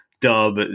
dub